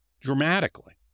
dramatically